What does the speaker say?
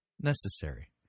necessary